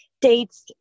dates